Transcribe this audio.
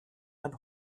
ein